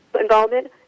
involvement